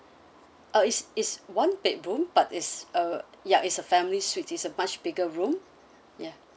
uh it's it's one bedroom but it's uh ya it's a family suite it's a much bigger room ya